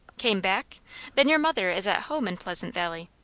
came back then your mother is at home in pleasant valley?